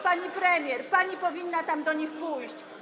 Pani premier, pani powinna tam do nich pójść.